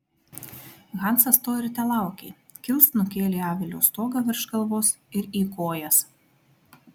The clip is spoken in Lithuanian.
hansas to ir telaukė kilst nukėlė avilio stogą virš galvos ir į kojas